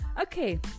okay